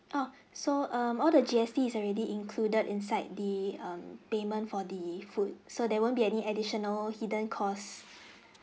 oh so um all the G_S_T is already included inside the um payment for the food so there won't be any additional hidden costs